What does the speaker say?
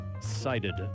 cited